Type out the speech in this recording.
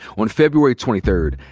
on february twenty third,